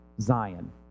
Zion